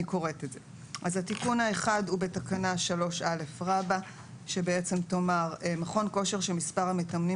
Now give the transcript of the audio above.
אז התיקון האחד הוא בתקנה 3א שבעצם תאמר: 3א. מכון כושר שמספר המתאמנים